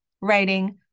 writing